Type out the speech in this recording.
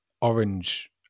orange